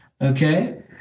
okay